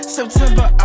September